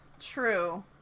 true